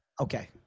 Okay